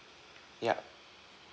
yup